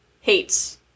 hates